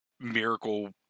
miracle